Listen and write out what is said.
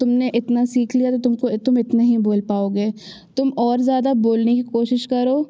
तुमने इतना सीख लिया तो तुमको तुम इतने ही बोल पाओगे तुम और ज़्यादा बोलने की कोशिश करो